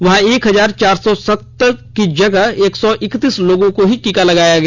वहां एक हजार चार सौ सतहतर की जगह एक सौ इकतीस लोगों को ही टीका लगाया गया